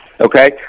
Okay